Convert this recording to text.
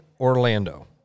Orlando